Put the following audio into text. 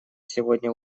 сегодня